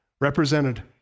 represented